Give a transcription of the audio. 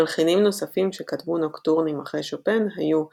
מלחינים נוספים שכתבו נוקטורנים אחרי שופן היו ז'ורז'